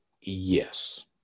yes